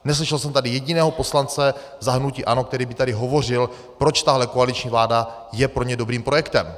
Neslyšel jsem tady jediného poslance za hnutí ANO, který by tady hovořil, proč tahle koaliční vláda je pro ně dobrým projektem.